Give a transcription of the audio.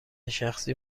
شخصی